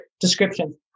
description